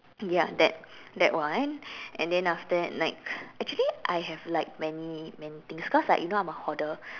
ya that that one and then after that like actually I have like many many things cause like you know I'm a hoarder